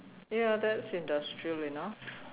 ya that's industrial enough